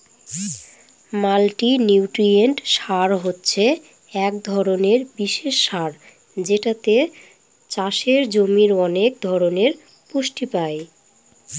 multinutrient সার হছে এক ধরনের বিশেষ সার যেটাতে চাষের জমির অনেক ধরনের পুষ্টি পাই